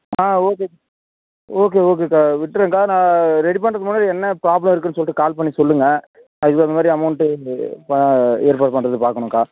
ஆ okay okay ஓகேக்கா விட்டுருங்கக்கா ஆனால் ரெடி பண்ணுறத்துக்கு முன்னாடி என்ன ப்ராப்ளம் இருக்குதுன்னு சொல்லிட்டு கால் பண்ணி சொல்லுங்க அதுக்கு தகுந்தமாதிரி அமௌன்டு வந்து இப்போ ஏற்பாடு பண்ணுறதுக்கு பார்க்கணும்க்கா